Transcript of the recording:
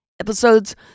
episodes